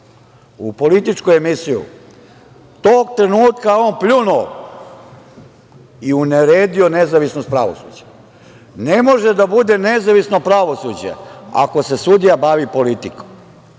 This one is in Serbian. u političku emisiju, tog trenutka je on pljunuo i uneredio nezavisnost pravosuđa. Ne može da bude nezavisno pravosuđe ako se sudija bavi politikom.